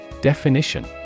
Definition